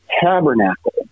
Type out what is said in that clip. tabernacle